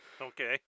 Okay